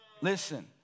Listen